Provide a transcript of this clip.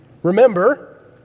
remember